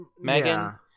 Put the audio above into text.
Megan